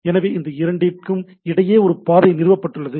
எனவே இந்த இரண்டிற்கும் இடையே ஒரு பாதை நிறுவப்பட்டுள்ளது